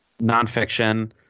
Nonfiction